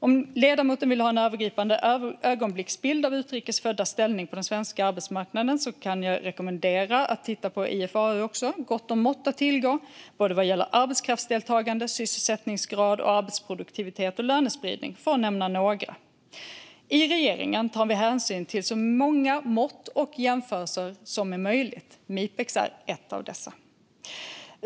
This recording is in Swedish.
Om ledamoten vill ha en övergripande ögonblicksbild av utrikes föddas ställning på den svenska arbetsmarknaden kan jag rekommendera honom att även titta hos IFAU. Där finns gott om mått att tillgå gällande arbetskraftsdeltagande, sysselsättningsgrad, arbetsproduktivitet och lönespridning, för att nämna några. I regeringen tar vi hänsyn till så många mått och jämförelser som möjligt. Mipex är ett av dessa.